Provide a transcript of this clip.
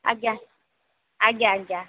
ଆଜ୍ଞା ଆଜ୍ଞା ଆଜ୍ଞା